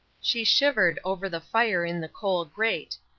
she shivered over the fire in the coal grate.